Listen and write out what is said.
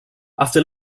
after